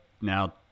now